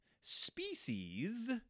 species